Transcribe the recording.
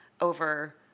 over